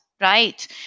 right